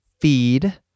feed